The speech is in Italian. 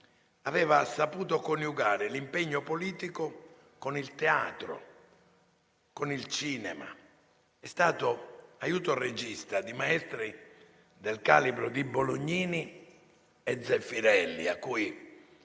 aveva saputo coniugare l'impegno politico con il teatro e con il cinema. È stato aiuto regista di maestri del calibro di Bolognini e Zeffirelli, a cui